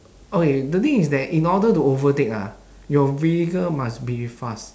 okay the thing is that in order to overtake ah your vehicle must be fast